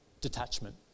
detachment